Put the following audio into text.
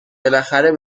بالاخره